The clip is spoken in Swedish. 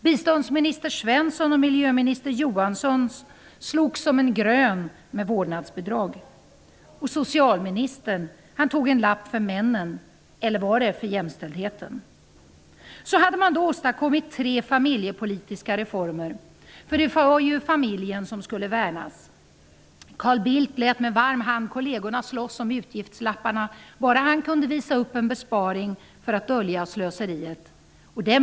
Biståndsminister Svensson och miljöminister Johansson slogs om en grön kallad vårdnadsbidrag. Socialministern tog en lapp för männen -- eller var det för jämställdheten? Så hade man då åstadkommit tre familjepolitiska reformer. För det var ju familjen som skulle värnas. Carl Bildt lät med varm hand kollegerna slåss om utgiftslapparna -- bara han kunde visa upp en besparing för att dölja slöseriet.